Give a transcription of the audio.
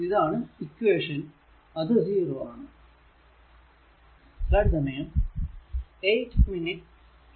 ഇതാണ് ഇക്വേഷൻ അത് 0 ആണ്